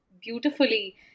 beautifully